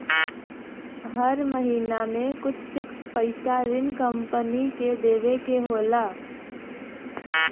हर महिना में कुछ फिक्स पइसा ऋण कम्पनी के देवे के होला